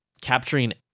capturing